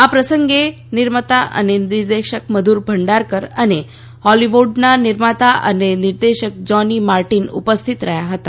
આ પસંગે નિર્માતા અને દિગ્દર્શક મધુર ભંડારકર અને હોલીવુડના નિર્માતા અને નિર્દેશક જોની માર્ટીન ઉપસ્થિત રહ્યા હતા